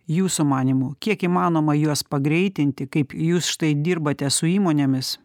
jūsų manymu kiek įmanoma juos pagreitinti kaip jūs štai dirbate su įmonėmis